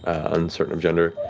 uncertain of gender,